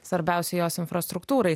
svarbiausiai jos infrastruktūrai